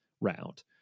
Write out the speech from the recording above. round